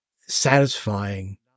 satisfying